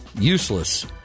useless